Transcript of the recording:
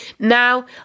Now